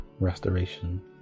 restoration